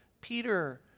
Peter